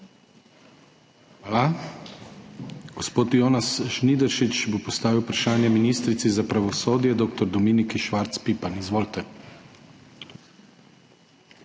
Hvala. Gospod Jonas Žnidaršič bo postavil vprašanje ministrici za pravosodje dr. Dominiki Švarc Pipan. Izvolite.